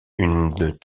une